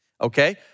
okay